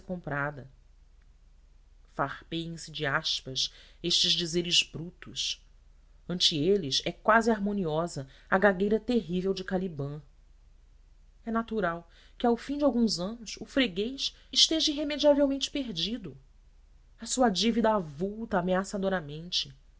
arpeiem se de aspas estes dizeres brutos ante eles é quase harmoniosa a gagueira terrível de caliban é natural que ao fim de alguns anos o freguês esteja irremediavelmente perdido a sua dívida avulta